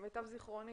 למיטב זיכרוני,